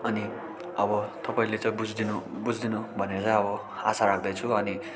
अनि अब तपाईँले चाहिँ बुझिदिनु बुझिदिनु भनेर अब आशा राख्दछु अनि